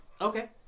Okay